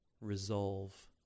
resolve